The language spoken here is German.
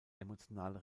emotionale